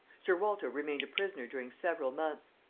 sir walter remained a prisoner during several months.